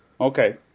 Okay